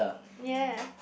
ya